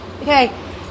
okay